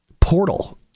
portal